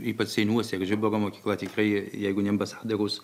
ypač seinuose žiburio mokykla tikrai jeigu ne ambasadoriaus